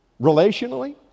relationally